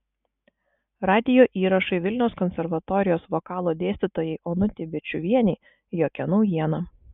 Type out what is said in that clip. radijo įrašai vilniaus konservatorijos vokalo dėstytojai onutei bėčiuvienei jokia naujiena